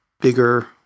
bigger